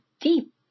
deep